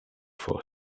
for